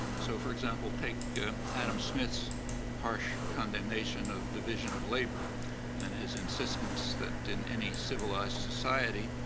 so for example, take adam smith's harsh condemnation of division of labor and his insistence that in any civilized society,